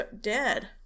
dead